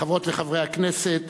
חברות וחברי הכנסת,